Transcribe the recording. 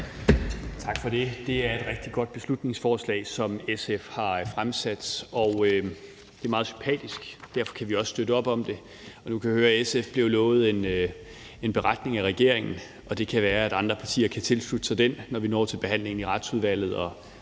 Tak for det. Det er et rigtig godt beslutningsforslag, som SF har fremsat, og det er meget sympatisk. Derfor kan vi også støtte op om det. Nu kan jeg høre, at SF blev lovet en beretning af regeringen, og det kan være, at andre partier kan tilslutte sig den, når vi når til behandlingen i Retsudvalget.